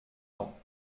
dent